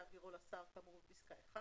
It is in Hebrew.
השר לביטחון פנים וזה יעבירו לשר כאמור בפסקה (1).